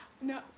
No